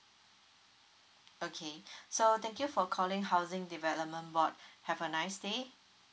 okay so thank you for calling housing development board have a nice day